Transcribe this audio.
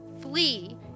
flee